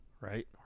right